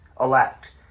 elect